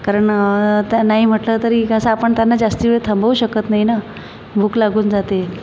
कारण तर नाही म्हटलं तरी कसं आपण त्यांना जास्ती वेळ थांबवू शकत नाही ना भूक लागून जाते